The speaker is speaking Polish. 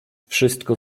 wszystko